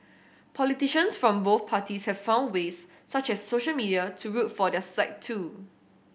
politicians from both parties have found ways such as social media to root for their side too